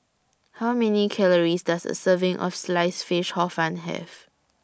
How Many Calories Does A Serving of Sliced Fish Hor Fun Have